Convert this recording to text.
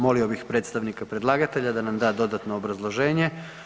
Molio bih predstavnika predlagatelja da nam da dodatno obrazloženje.